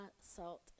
salt